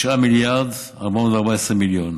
9 מיליארד ו-414 מיליון,